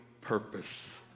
purpose